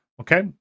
Okay